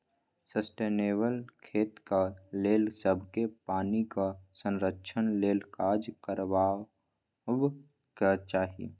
sustainable खेतीक लेल सबकेँ पानिक संरक्षण लेल काज करबाक चाही